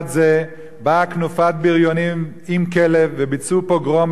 זה באה כנופיית בריונים עם כלב וביצעו פוגרום,